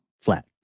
flat